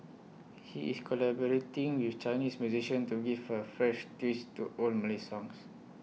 he is collaborating with Chinese musician to give A fresh twist to old Malay songs